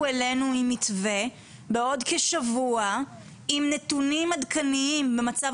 אלינו עם מתווה בעוד כשבוע עם נתונים עדכניים על במצב